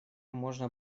можно